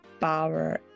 power